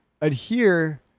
adhere